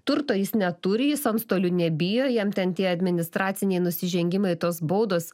turto jis neturi jis antstolių nebijo jam ten tie administraciniai nusižengimai tos baudos